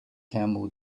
camel